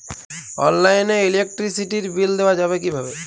অনলাইনে ইলেকট্রিসিটির বিল দেওয়া যাবে কিভাবে?